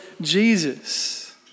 Jesus